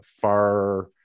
far